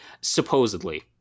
Supposedly